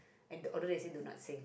and although they say do not sing